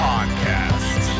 Podcast